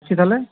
রাখছি তাহলে